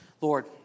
Lord